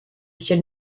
ciel